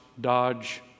Dodge